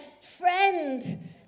friend